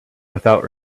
without